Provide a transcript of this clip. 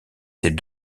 ses